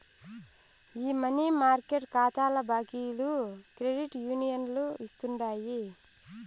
ఈ money market కాతాల బాకీలు క్రెడిట్ యూనియన్లు ఇస్తుండాయి